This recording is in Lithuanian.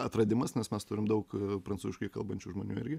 atradimas nes mes turim daug prancūziškai kalbančių žmonių irgi